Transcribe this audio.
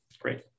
great